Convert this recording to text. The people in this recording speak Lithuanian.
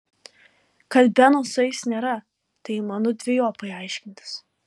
kad beno su jais nėra tai įmanu dvejopai aiškintis